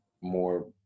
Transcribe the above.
more